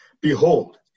Behold